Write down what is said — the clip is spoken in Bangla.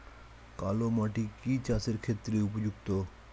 কালো মাটি কি চাষের ক্ষেত্রে উপযুক্ত?